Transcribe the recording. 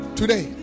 today